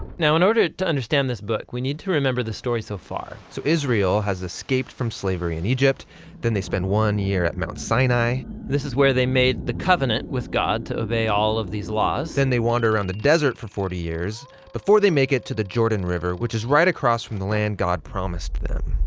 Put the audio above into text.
now in order to understand this book we need to remember the story so far so israel has escaped from slavery in egypt then they spend one year at mount sinai this is where they made the covenant with god to obey all of these laws and then they wander around the desert for forty years before they make it to the jordan river which is right across from the land god promised them.